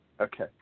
Okay